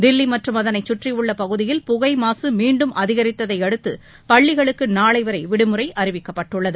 தில்லி மற்றும் அதனைச் சுற்றியுள்ள பகுதியில் புகை மாசு மீண்டும் அதிகரித்ததை அடுத்து பள்ளிகளுக்கு நாளை வரை விடுமுறை அறிவிக்கப்பட்டுள்ளது